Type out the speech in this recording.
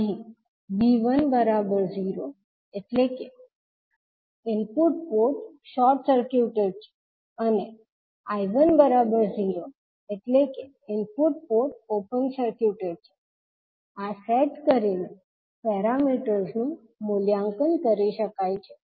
અહીં V10 એટલે કે open port input port short circuited છે અને 𝐈1 𝟎 એટલે કે ઇનપુટ પોર્ટ ઓપન સર્ક્યુટેડ છે આ સેટ કરીને પેરામીટર્સ નું મૂલ્યાંકન કરી શકાય છે